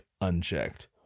unchecked